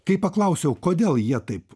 kai paklausiau kodėl jie taip